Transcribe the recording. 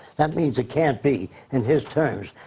that means it can't be in his terms.